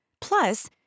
Plus